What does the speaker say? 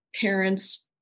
parents